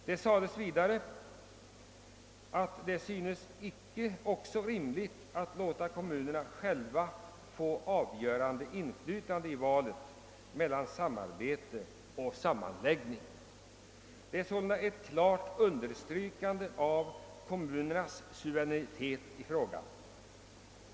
Det syntes vidare, hette det, rimligt att låta kommunerna själva få avgörande inflytande vid valet mellan samarbete och sammanläggning. Det är således ett klart understrykande av kommunernas suveränitet i frågan.